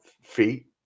feet